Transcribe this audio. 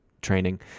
training